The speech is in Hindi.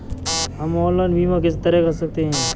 हम ऑनलाइन बीमा किस तरह कर सकते हैं?